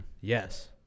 Yes